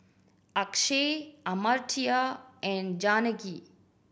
Akshay Amartya and Janaki